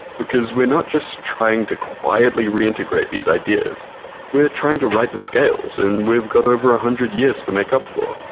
because we're not just trying to quietly reintegrate these ideas we're trying to write the scales and we've got over a hundred years to make up for.